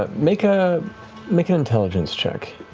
but make ah make an intelligence check.